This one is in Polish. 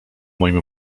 moim